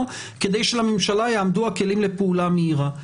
כדי שלממשלה יעמדו הכלים לפעולה מהירה.